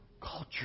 culture